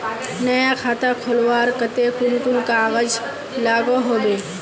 नया खाता खोलवार केते कुन कुन कागज लागोहो होबे?